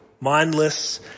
Mindless